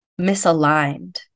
misaligned